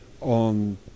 on